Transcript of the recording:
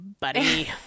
buddy